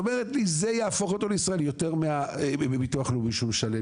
את אומרת לי שזה יהפוך אותו לישראלי יותר מביטוח לאומי שהוא משלם,